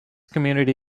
community